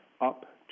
up